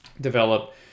develop